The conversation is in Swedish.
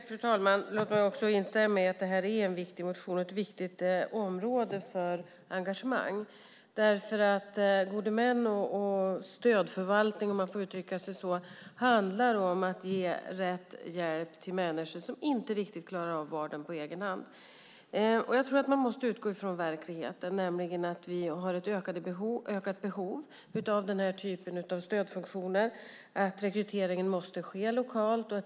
Fru talman! Låt mig instämma i att det här är en viktig interpellation och ett viktigt område för engagemang. Gode män och stödförvaltning handlar om att ge rätt hjälp till människor som inte riktigt klarar av vardagen på egen hand. Jag tror att vi måste utgå från verkligheten. Vi har ett ökat behov av den här typen av stödfunktioner. Rekryteringen måste ske lokalt.